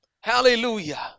Hallelujah